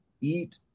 eat